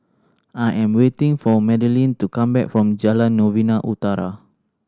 I am waiting for Madilynn to come back from Jalan Novena Utara